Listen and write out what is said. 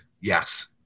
Yes